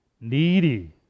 needy